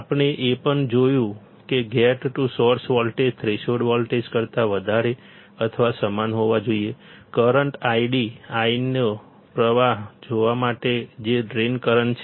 આપણે એ પણ જોયું છે કે gate to source voltage threshold voltage કરતા વધારે અથવા સમાન હોવા જોઈએ કરંટ I નો પ્રવાહ જોવા માટે જે ડ્રેઇન કરંટ છે